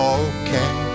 okay